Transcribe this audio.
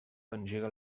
engega